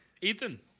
Ethan